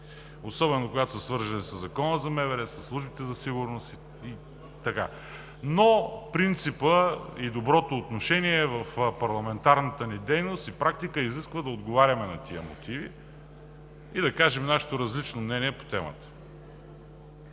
особено когато са свързани със Закона за МВР, със службите за сигурност. Но принципът и доброто отношение в парламентарната ни дейност и практиката изискват да отговаряме на тези мотиви и да кажем нашето различно мнение по темата.